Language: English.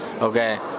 okay